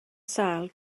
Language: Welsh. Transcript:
sâl